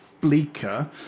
bleaker